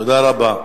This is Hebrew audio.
תודה רבה.